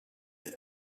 seen